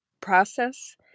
process